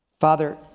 Father